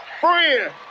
Friend